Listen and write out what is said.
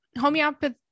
homeopathy